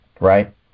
Right